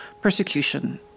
persecution